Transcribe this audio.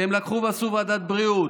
שהם לקחו ועשו ועדת בריאות,